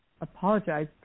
apologize